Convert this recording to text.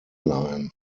line